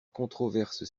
controverse